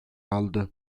aldı